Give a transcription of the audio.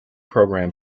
program